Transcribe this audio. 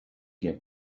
get